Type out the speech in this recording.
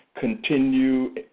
continue